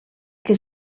que